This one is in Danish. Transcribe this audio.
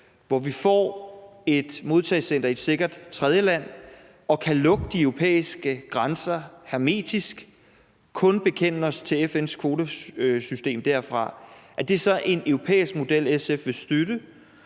hvor vi får et modtagecenter i et sikkert tredjeland og kan lukke de europæiske grænser hermetisk og kun bekende os til FN's kvotesystem derfra, er det så en model, SF vil støtte?